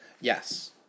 Yes